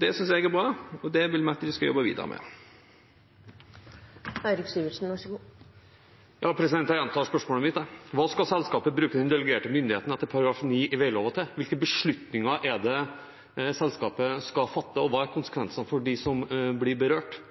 Det synes jeg er bra, og det vil vi at de skal jobbe videre med. Jeg gjentar spørsmålet mitt: Hva skal selskapet bruke den delegerte myndigheten etter § 9 i veglova til? Hvilke beslutninger er det selskapet skal fatte, og hva er konsekvensene for dem som blir berørt?